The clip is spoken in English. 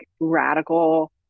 radical